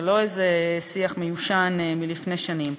זה לא איזה שיח מיושן מלפני שנים.